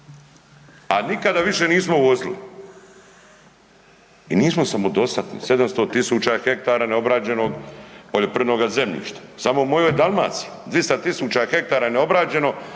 a nikada više nismo uvozili i nismo samodostatni. 700.000 hektara neobrađenog poljoprivrednoga zemljišta, samo u mojoj Dalmaciji 200.000 hektara je neobrađeno znači može hraniti